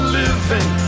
living